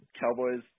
Cowboys